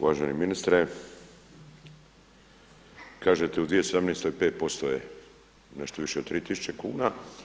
Uvaženi ministre kažete u 2017. 5% je nešto više od 3000 kuna.